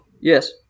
Yes